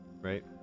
right